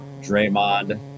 Draymond